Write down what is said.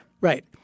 Right